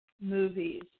movies